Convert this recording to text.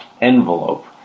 envelope